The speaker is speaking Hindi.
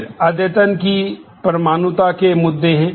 फिर अद्यतन की परमाणुता के मुद्दे हैं